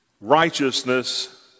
righteousness